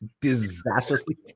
Disastrously